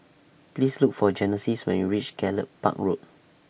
Please Look For Genesis when YOU REACH Gallop Park Road